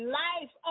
life